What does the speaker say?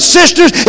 sisters